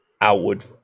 outward